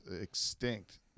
extinct